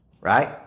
right